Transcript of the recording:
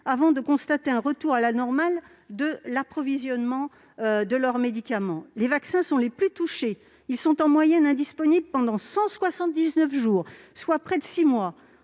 avant de constater un retour à la normale de l'approvisionnement de leurs médicaments. Les vaccins sont les plus touchés : ils sont en moyenne indisponibles pendant 179 jours, soit près de six mois.